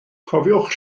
cofiwch